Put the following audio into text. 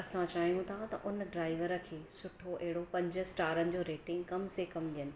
असां चाहियूं था उन ड्राइवर खे सुठो अहिड़ो पंज स्टार जो रेटिंग कमु से कमु ॾियऊं